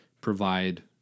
provide